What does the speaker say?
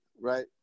right